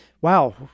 wow